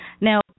Now